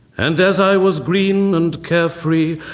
and as i was green and carefree,